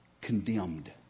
condemned